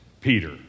Peter